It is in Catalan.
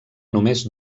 només